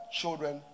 children